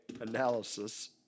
analysis